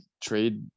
trade